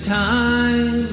time